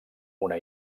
una